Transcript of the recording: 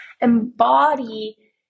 embody